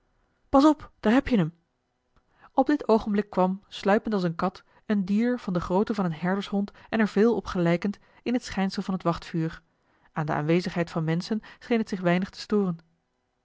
pas op daar heb je hem op dit oogenblik kwam sluipend als eene kat een dier van de grootte van een herdershond en er veel op gelijkend in het schijnsel van het wachtvuur aan de aanwezigheid van menschen scheen het zich weinig te storen